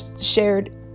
shared